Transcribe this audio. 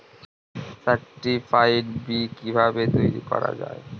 Certified বি কিভাবে তৈরি করা যায়?